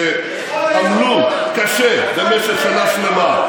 שעמלו קשה במשך שנה שלמה.